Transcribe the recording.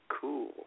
cool